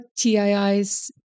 TII's